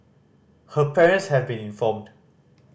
her parents have been informed